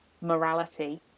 morality